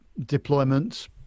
deployments